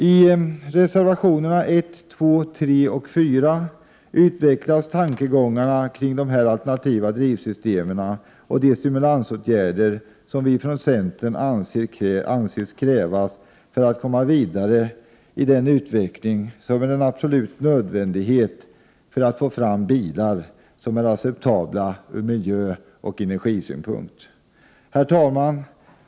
I reservationerna 1, 2, 3 och 4 utvecklas tankegångarna kring dessa alternativa drivsystem och de stimulansåtgärder som vi från centern anser krävs för att komma vidare i den utveckling som är absolut nödvändig för att få fram bilar som är acceptabla ur miljöoch energisynpunkt. Herr talman!